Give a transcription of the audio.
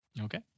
Okay